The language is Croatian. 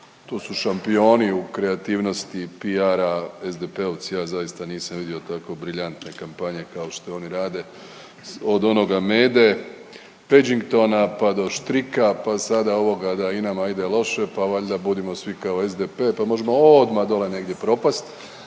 Tu su šampioni u kreativnosti PR-a SDP-ovci, ja zaista nisam vidio tako briljantne kampanje kao što je oni rade, od onoga mede peđingtona, pa do štrika, pa sada ovoga da i nama ide loše, pa valjda budimo svi kao SDP, pa možemo odmaaa dole negdje propast,